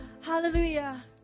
hallelujah